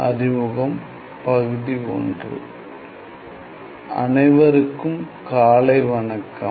அனைவருக்கும் காலை வணக்கம்